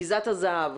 גיזת הזהב.